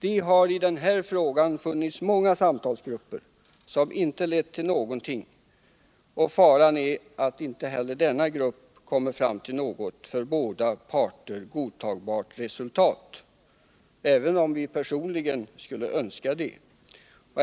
Vi har i den här frågan sett många samrådsgrupper som inte lett till någonting, och faran är att inte heller denna grupp kommer fram till något för båda parter godtagbart resultat. även om vi personligen skulle önska det.